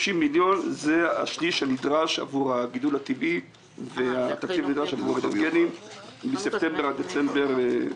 שזה השליש הנדרש לגידול הטבעי לחינוך המיוחד מספטמבר עד דצמבר השנה.